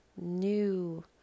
new